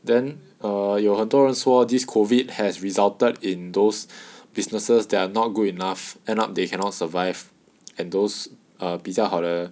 then err 有很多人说 this COVID has resulted in those businesses that are not good enough and up they cannot survive and those err 比较好的